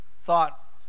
thought